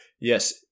yes